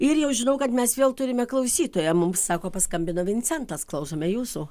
ir jau žinau kad mes vėl turime klausytoją mums sako paskambino vincentas klausome jūsų